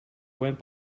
went